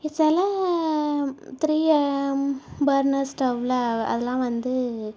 சில three burner ஸ்டவ்வில் அதுலாம் வந்து